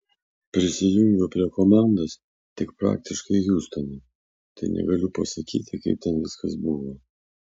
prisijungiau prie komandos tik praktiškai hjustone tai negaliu pasakyti kaip ten viskas buvo